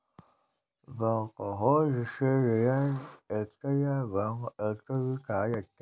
backhoe जिसे rear actor या back actor भी कहा जाता है